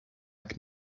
can